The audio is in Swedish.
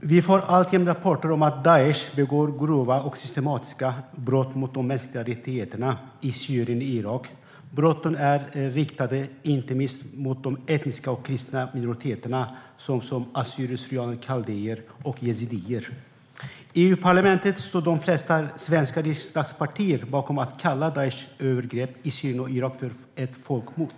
Vi får alltjämt rapporter om att Daish begår grova och systematiska brott mot de mänskliga rättigheterna i Syrien och Irak. Brotten är riktade inte minst mot de etniska kristna minoriteterna - assyrier/syrianer och kaldéer - och yazidier. I EU-parlamentet står de flesta svenska riksdagspartier bakom att kalla Daishs övergrepp i Syrien och Irak för ett folkmord.